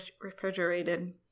refrigerated